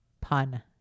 pun